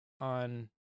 on